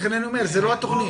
לכן אני אומר שזאת לא התוכנית.